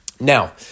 Now